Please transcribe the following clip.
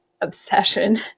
obsession